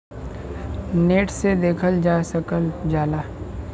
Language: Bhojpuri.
नेट से देखल जा सकल जाला